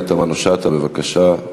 חברת הכנסת פנינה תמנו-שטה, בבקשה,